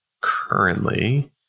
currently